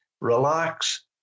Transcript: relax